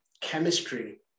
chemistry